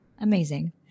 Amazing